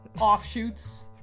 offshoots